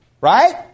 Right